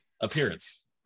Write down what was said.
appearance